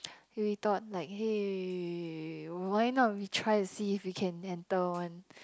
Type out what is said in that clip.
we thought like hey why not we try to see if we can enter one